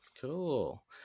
cool